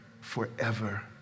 forever